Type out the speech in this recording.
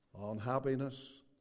unhappiness